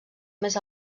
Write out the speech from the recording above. més